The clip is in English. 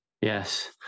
Yes